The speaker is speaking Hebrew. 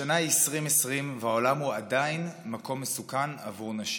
השנה היא 2020 והעולם הוא עדיין מקום מסוכן עבור נשים.